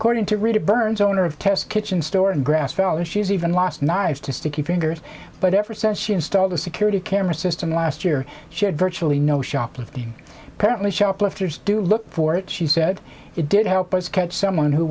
according to read it burns owner of test kitchen store in grass valley she is even last nice to sticky fingers but ever since she installed a security camera system last year she had virtually no shoplifting apparently shoplifters do look for it she said it did help us catch someone who